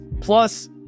plus